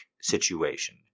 situation